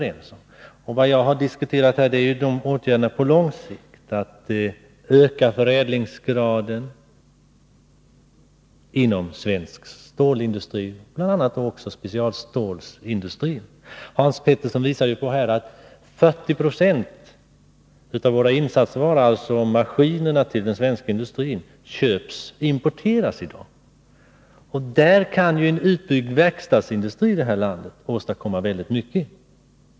Och vad jag har diskuterat är åtgärderna på lång sikt, att öka förädlingsgraden inom svensk stålindustri, bl.a. också specialstålsindustrin. Hans Petersson i Hallstahammar talade om att 40 96 av maskinerna till den svenska industrin i dag importeras. Där kan en utbyggnad av verkstadsindustrin i det här landet åstadkomma väldigt mycket.